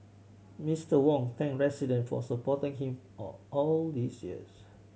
Mister Wong thanked resident for supporting him all all these years